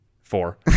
Four